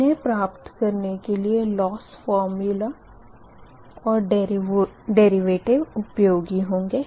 इन्हें प्राप्त करने के लिए लोस फ़ोर्मूला और डेरिवेटिव उपयोगी होंगे